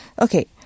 Okay